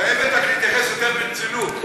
היא חייבת רק להתייחס יותר ברצינות.